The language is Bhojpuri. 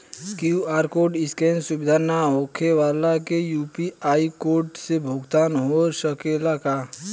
क्यू.आर कोड स्केन सुविधा ना होखे वाला के यू.पी.आई कोड से भुगतान हो सकेला का?